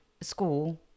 school